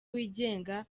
wigenga